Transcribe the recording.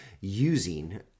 using